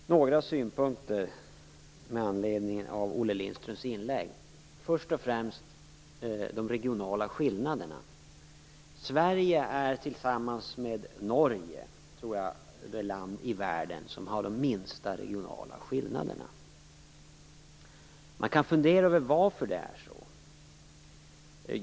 Fru talman! Jag har några synpunkter med anledning av Olle Lindströms inlägg. Först och främst gäller det de regionala skillnaderna. Sverige är tillsammans med Norge, tror jag, de länder i världen som har de minsta regionala skillnaderna. Man kan fundera över varför det är så.